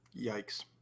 Yikes